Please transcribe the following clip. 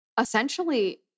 essentially